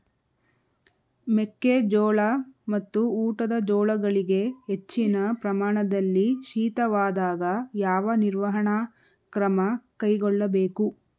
ಮೆಕ್ಕೆ ಜೋಳ ಮತ್ತು ಊಟದ ಜೋಳಗಳಿಗೆ ಹೆಚ್ಚಿನ ಪ್ರಮಾಣದಲ್ಲಿ ಶೀತವಾದಾಗ, ಯಾವ ನಿರ್ವಹಣಾ ಕ್ರಮ ಕೈಗೊಳ್ಳಬೇಕು?